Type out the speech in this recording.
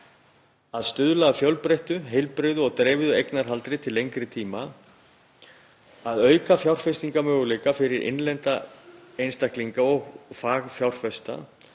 að stuðla að fjölbreyttu heilbrigðu og dreifðu eignarhaldi til lengri tíma, að auka fjárfestingarmöguleika fyrir innlenda einstaklinga og fagfjárfesta